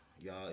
y'all